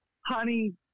honey